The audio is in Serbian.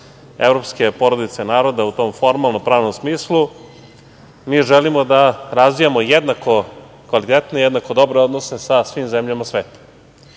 evropske porodice, naroda u tom formalno-pravnom smislu, mi želimo da razvijamo jednako kvalitetne i jednako dobre odnose sa svim zemljama sveta,